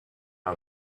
him